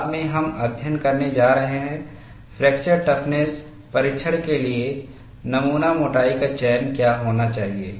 बाद में हम अध्ययन करने जा रहे हैं फ्रैक्चर टफनेसपरीक्षण के लिए नमूना मोटाई का चयन क्या होना चाहिए